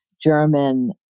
German